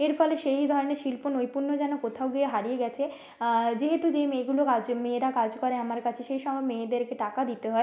এর ফলে সেই ধরনের শিল্প নৈপুণ্য যেন কোথাও গিয়ে হারিয়ে গিয়েছে যেহেতু যেই মেয়েগুলো কাজ মেয়েরা কাজ করে আমার কাছে সেই সব মেয়েদেরকে টাকা দিতে হয়